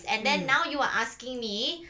and then now you are asking me